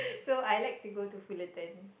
so I like to go to Fullerton